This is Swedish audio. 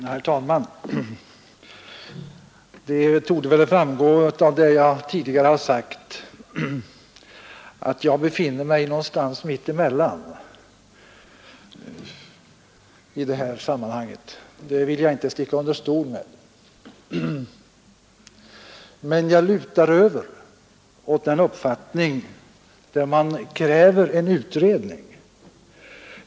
Herr talman! Det torde väl framgå av det som jag tidigare har sagt att jag befinner mig någonstans mitt emellan i detta sammanhang. Det vill jag inte sticka under stol med. Men jag lutar över åt den uppfattning som innebär krav på en utredning.